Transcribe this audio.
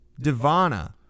Divana